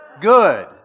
good